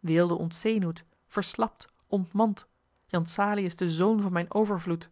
weelde ontzenuwt verslapt ontmant jan salie is de zoon van mijn overvloed